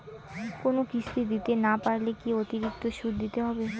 কোনো কিস্তি দিতে না পারলে কি অতিরিক্ত সুদ দিতে হবে?